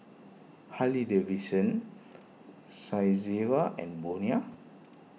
Harley Davidson Saizeriya and Bonia